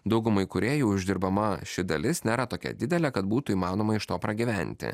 daugumai kūrėjų uždirbama ši dalis nėra tokia didelė kad būtų įmanoma iš to pragyventi